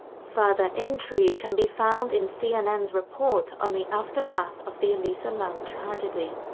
further intrigue can be found in cnn's report on the aftermath of the elisa lam tragedy.